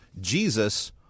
Jesus